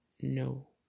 No